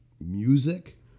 music